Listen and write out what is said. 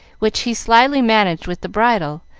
which he slyly managed with the bridle,